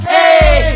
Hey